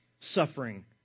suffering